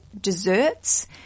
desserts